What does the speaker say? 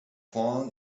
fallen